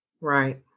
Right